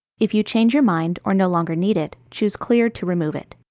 if you change your mind or no longer need it, choose clear to remove it.